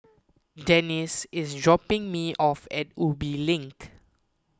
Denise is dropping me off at Ubi Link